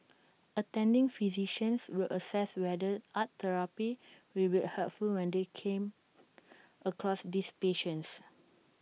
attending physicians will assess whether art therapy will be helpful when they come across these patients